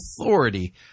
authority